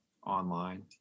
online